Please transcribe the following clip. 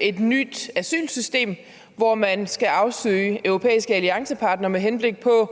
et nyt asylsystem, hvor man skal afsøge området for europæiske alliancepartnere med henblik på